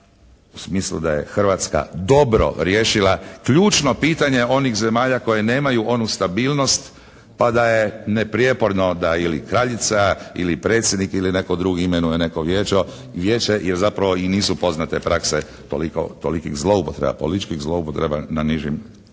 u smislu da je Hrvatska dobro riješila ključno pitanje onih zemalja koje nemaju onu stabilnost, pa da je neprijeporno da ili kraljica ili predsjednik ili netko drugi imenuje neko vijeće jer zapravo i nisu poznate prakse tolikih zloupotreba, političkih zloupotreba na nižim